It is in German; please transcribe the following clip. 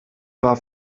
war